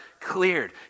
cleared